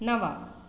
नव